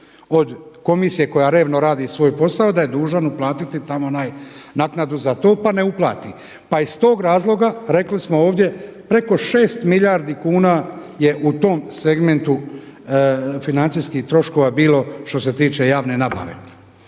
od komisije koja revno radi svoj posao da je dužan uplatiti tamo naknadu za to pa ne uplati. Pa iz tog razloga rekli smo ovdje preko 6 milijardi kuna je u tom segmentu financijskih troškova bilo šte se tiče javne nabave